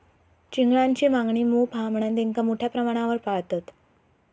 चिंगळांची मागणी मोप हा म्हणान तेंका मोठ्या प्रमाणावर पाळतत